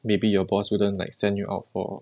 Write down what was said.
maybe your boss wouldn't like send you out for